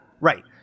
Right